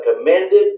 commended